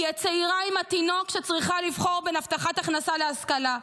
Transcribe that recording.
היא הצעירה עם התינוק שצריכה לבחור בין הבטחת הכנסה להשכלה,